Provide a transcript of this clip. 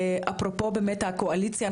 אפרופו הקואליציה,